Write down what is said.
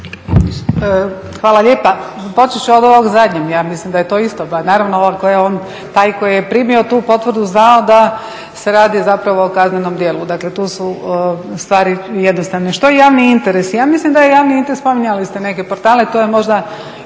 Hvala lijepa. Počet ću od ovog zadnjeg, ja mislim da je to isto. Naravno …, taj koji je primio tu potvrdu znao da se radi zapravo o kaznenom djelu. Dakle, tu su stvari jednostavne. Što je javni interes? Ja mislim da je javni interes, spominjali ste neke portale,